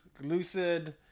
Lucid